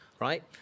right